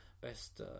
best